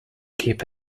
keep